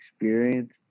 experience